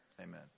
Amen